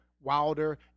Wilder